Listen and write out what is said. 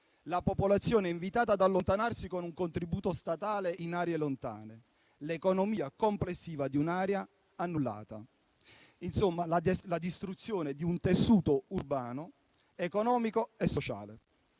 la popolazione è invitata ad allontanarsi con un contributo statale in aree lontane e l'economia complessiva di un'area è annullata. Insomma significa la distruzione di un tessuto urbano, economico e sociale.